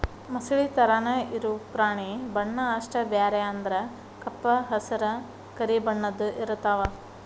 ಮೊಸಳಿ ತರಾನ ಇರು ಪ್ರಾಣಿ ಬಣ್ಣಾ ಅಷ್ಟ ಬ್ಯಾರೆ ಅಂದ್ರ ಕಪ್ಪ ಹಸರ, ಕರಿ ಬಣ್ಣದ್ದು ಇರತಾವ